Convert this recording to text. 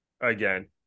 again